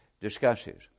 discusses